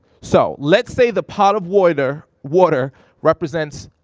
so let's say the pot of water water represents